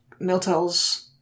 Miltel's